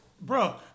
bro